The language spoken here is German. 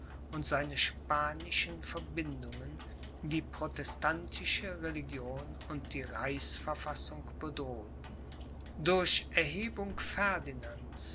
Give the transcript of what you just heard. und seine spanischen verbindungen die protestantische religion und die reichsverfassung bedrohten durch erhebung